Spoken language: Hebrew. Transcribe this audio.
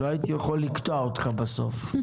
לא הייתי יכול לקטוע אותך בסוף,